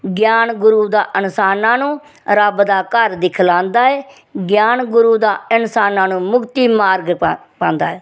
ज्ञान गुरू दा इंसानां नू रब्ब दा घर दिखलांदा ऐ ज्ञान गुरू दा इंसानां नू मुक्ति मार्ग पांदा ऐ